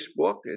Facebook